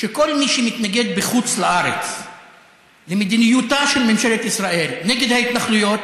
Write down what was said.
שכל מי שמתנגד בחוץ לארץ למדיניותה של ממשלת ישראל נגד ההתנחלויות,